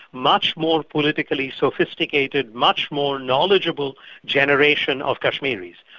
much more politically sophisticated, much more knowledgeable generation of kashmiris.